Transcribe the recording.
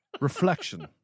Reflection